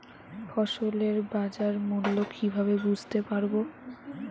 ফসলের বাজার মূল্য কিভাবে বুঝতে পারব?